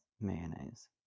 Mayonnaise